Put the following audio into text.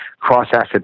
cross-asset